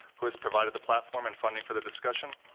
who has provided the platform and funding for the discussion.